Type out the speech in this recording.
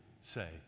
say